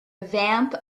vamp